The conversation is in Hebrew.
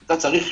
אתה צריך חשמל,